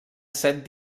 set